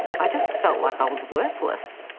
i just felt like i was worthless,